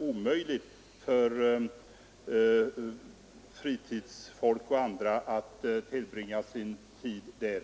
omöjligt för fritidsfolk och andra att vistas där.